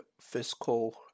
fiscal